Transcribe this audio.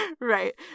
right